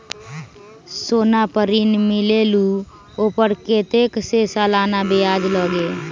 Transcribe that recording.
सोना पर ऋण मिलेलु ओपर कतेक के सालाना ब्याज लगे?